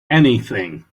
anything